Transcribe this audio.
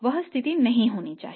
वह स्थिति नहीं होनी चाहिए